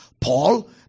Paul